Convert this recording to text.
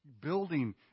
building